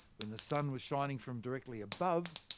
when the sun was shining from directly above,